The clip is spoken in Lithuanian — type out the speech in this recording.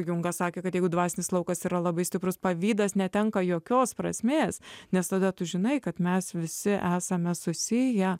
jungas sakė kad jeigu dvasinis laukas yra labai stiprus pavydas netenka jokios prasmės nes tada tu žinai kad mes visi esame susiję